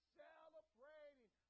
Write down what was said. celebrating